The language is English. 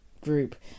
group